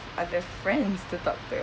other friends to talk to